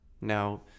Now